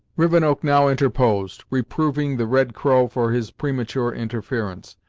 rivenoak now interposed, reproving the red crow for his premature interference,